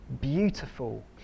beautiful